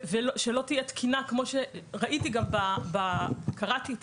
ושלא תהיה תקינה כמו שראיתי וגם קראתי את